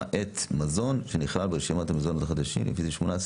למעט מזון שנכלל ברשימת המזונות החדשים לפי סעיף